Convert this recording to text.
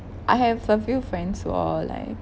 I have a few friends who all like